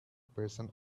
person